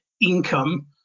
income